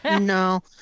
no